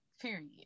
Period